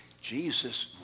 Jesus